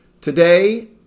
Today